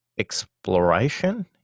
exploration